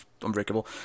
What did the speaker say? Unbreakable